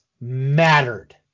mattered